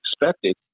expected